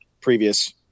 previous